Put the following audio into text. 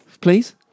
Please